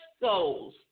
goals